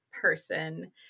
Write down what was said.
person